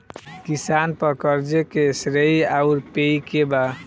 किसान पर क़र्ज़े के श्रेइ आउर पेई के बा?